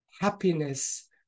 happiness